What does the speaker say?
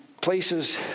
places